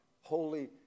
holy